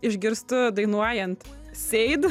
išgirstu dainuojant seid